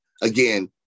again